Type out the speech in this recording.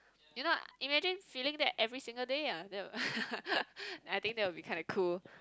you know imagine feeling that every single day ah that I think that will be kinda cool